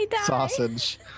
Sausage